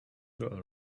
girl